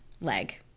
leg